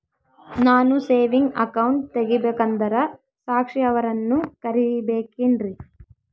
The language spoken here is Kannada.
ನಾನು ಸೇವಿಂಗ್ ಅಕೌಂಟ್ ತೆಗಿಬೇಕಂದರ ಸಾಕ್ಷಿಯವರನ್ನು ಕರಿಬೇಕಿನ್ರಿ?